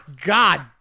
God